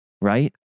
right